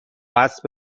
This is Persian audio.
اسب